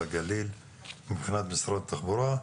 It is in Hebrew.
בגליל מבחינת משרד התחבורה.